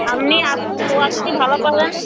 আপনি আসুন কোয়ালিটি ভালো পাবেন